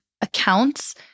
accounts